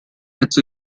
its